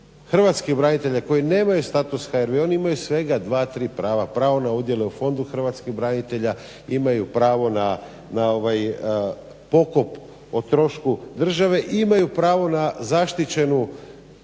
hrvatskih branitelja koji nemaju status HRV oni imaju svega 2,3 prava, pravo na udjele u Fondu hrvatskih branitelja, imaju pravo na pokop o trošku države, imaju pravo na zaštićenu